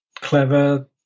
clever